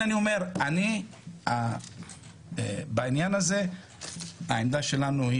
לכן אני אומר שבעניין הזה העמדה שלנו,